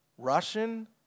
Russian